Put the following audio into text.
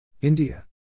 India